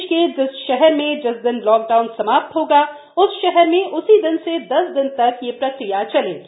देश के जिस शहर में जिस दिन लॉक डाउन समाप्त होगा उस शहर में उसी दिन से दस दिन तक यह प्रक्रिया चलेगी